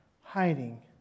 hiding